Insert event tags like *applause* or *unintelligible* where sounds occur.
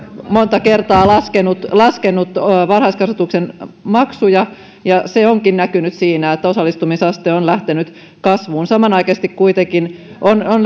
monta kertaa laskenut laskenut varhaiskasvatuksen maksuja ja se onkin näkynyt siinä että osallistumisaste on lähtenyt kasvuun samanaikaisesti kuitenkin on on *unintelligible*